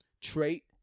trait